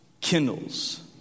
kindles